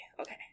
okay